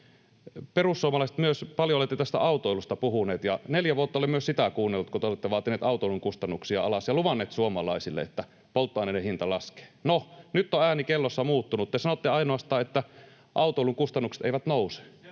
Perussuomalaiset, te olette myös paljon tästä autoilusta puhuneet, ja neljä vuotta olen myös sitä kuunnellut, kun te olette vaatineet autoilun kustannuksia alas ja luvanneet suomalaisille, että polttoaineiden hinta laskee. No, nyt on ääni kellossa muuttunut. Te sanotte ainoastaan, että autoilun kustannukset eivät nouse,